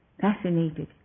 fascinated